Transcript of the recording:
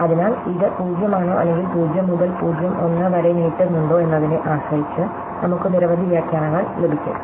അതിനാൽ ഇത് 0 ആണോ അല്ലെങ്കിൽ 0 മുതൽ 0 1 വരെ നീട്ടുന്നുണ്ടോ എന്നതിനെ ആശ്രയിച്ച് നമുക്ക് നിരവധി വ്യാഖ്യാനങ്ങൾ ലഭിക്കും